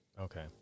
Okay